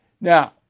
Now